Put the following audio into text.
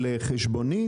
על חשבונית?